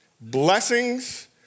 blessings